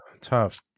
tough